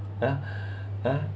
ah ah